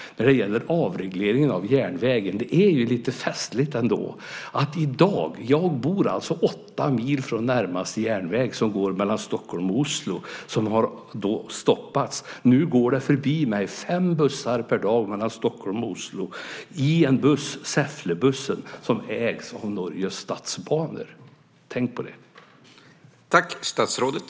Det gäller avregleringen av järnvägen. Det är lite festligt ändå. Jag bor åtta mil från närmaste järnväg, som går mellan Stockholm och Oslo. Trafiken där har stoppats. Nu går det fem bussar per dag mellan Stockholm och Oslo förbi mig. Det är Säfflebussen, som ägs av Norges statsbanor. Tänk på det!